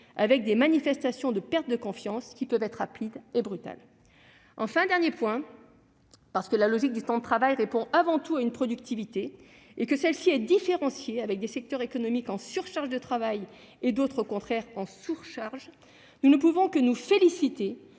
avec des manifestations de perte de confiance qui peuvent être rapides et brutales »... Dernier point : parce que la logique du temps de travail répond avant tout à une productivité et que celle-ci est différenciée, avec des secteurs économiques en surcharge de travail et d'autres au contraire en sous-charge, nous ne pouvons que nous réjouir